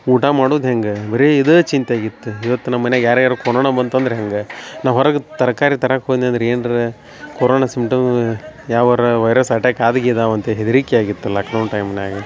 ಊಟ ಮಾಡುದ ಹೆಂಗೆ ಬರೇ ಇದ ಚಿಂತೆ ಆಗಿತ್ತು ಇವತ್ತು ನಮ್ಮ ಮನೆಗೆ ಯಾರಿಗರು ಕೊರೋನ ಬಂತಂದ್ರ ಹೆಂಗೆ ನಾ ಹೊರಗೆ ತರಕಾರಿ ತರಾಕೆ ಹೋದ್ನಿ ಅಂದ್ರ ಏನ್ರ ಕೊರೋನ ಸಿಂಪ್ಟಮ್ ಯಾವರ ವೈರಸ್ ಅಟ್ಯಾಕ್ ಆದು ಗೀದಾವ್ ಅಂತ ಹೆದ್ರಿಕೆ ಆಗಿತ್ತು ಲಾಕ್ಡೌನ್ ಟೈಮ್ನ್ಯಾಗ